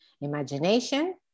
imagination